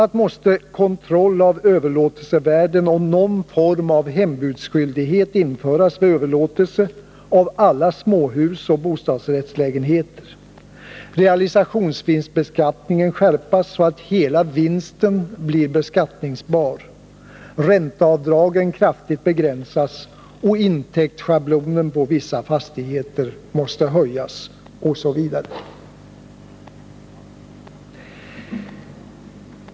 a. måste kontroll av överlåtelsevärden och någon form av hembudsskyldighet införas vid överlåtelser av alla småhus och bostadsrättslägenheter, realisationsvinstbeskattningen skärpas så att hela vinsten blir beskattningbar, ränteavdragen kraftigt begränsas, intäktschablonen på vissa fastigheter höjas, osv.